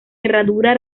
herradura